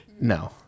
no